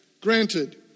Granted